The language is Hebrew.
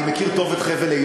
אני מכיר טוב את חבל-אילות.